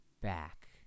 back